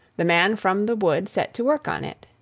the man from the wood set to work on it,